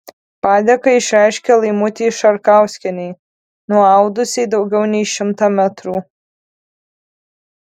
padėką išreiškė laimutei šarkauskienei nuaudusiai daugiau nei šimtą metrų